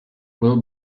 will